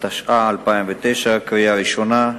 התש"ע 2009, קריאה ראשונה.